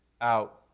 out